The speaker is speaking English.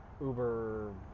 Uber